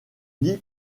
dit